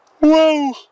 Whoa